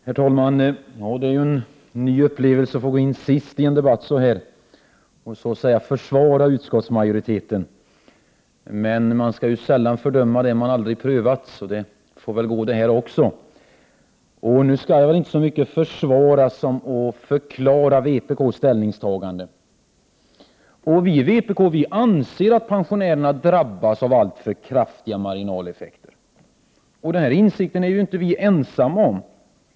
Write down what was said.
Herr talman! Det är en ny upplevelse att få gå in sist i en debatt och så att säga försvara utskottsmajoriteten. Men man skall sällan fördöma det man aldrig har prövat, så det får gå detta också. Nu skall jag väl inte så mycket försvara som förklara vpk:s ställningstagande. Vi i vpk anser att pensionärerna drabbas av alltför kraftiga marginaleffekter. Denna insikt är vi inte ensamma om.